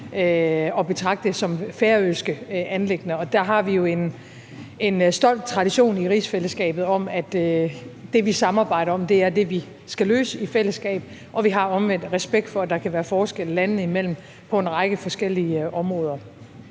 at betragte som færøske anliggender, og der har vi jo en stolt tradition i rigsfællesskabet for, at det, vi samarbejder om, er det, vi skal løse i fællesskab, og vi har omvendt respekt for, at der kan være forskelle landene imellem på en række forskellige områder.